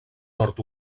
nord